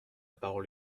parole